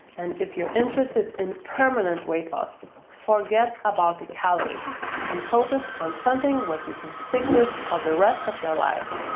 and if you're interested in permanent weight loss, forget about the calories and focus on something what you can stick with for the rest of your life,